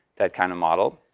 that kinda model.